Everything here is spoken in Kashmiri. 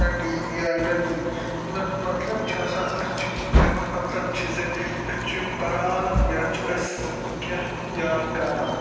سٕٹَڈِیِنٛگ وِی آر لٔرنِنٛگ مطلب چھِ آسان أسۍ چھِ اَمیُک مطلب چھِ زِ أسۍ چھِ پَران یا چھِ أسۍ کیٚنٛہہ یاد کَران